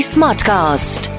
Smartcast